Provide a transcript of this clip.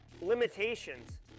limitations